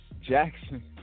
Jackson